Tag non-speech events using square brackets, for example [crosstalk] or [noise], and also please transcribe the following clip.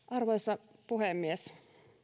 [unintelligible] arvoisa puhemies